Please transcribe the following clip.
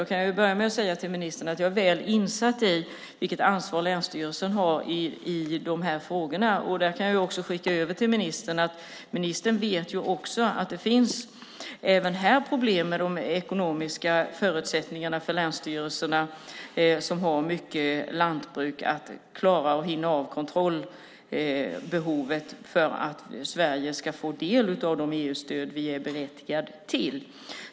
Då kan jag börja med att säga till ministern att jag är väl insatt i vilket ansvar länsstyrelsen har i de här frågorna. Ministern vet ju också att det även här finns problem med de ekonomiska förutsättningarna för länsstyrelserna, som har många lantbruk att klara av och hinna med när det gäller kontrollbehovet, för att Sverige ska få del av de EU-stöd vi är berättigade till.